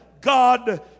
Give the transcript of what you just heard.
God